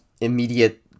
immediate